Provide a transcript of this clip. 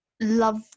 love